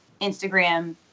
Instagram